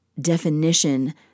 definition